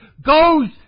goes